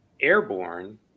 Airborne